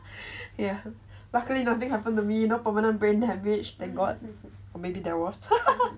yeah luckily nothing happened to me no permanent brain damage thank god or maybe there was